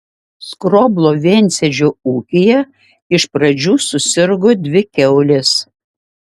skroblo viensėdžio ūkyje iš pradžių susirgo dvi kiaulės